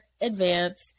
advance